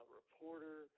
reporter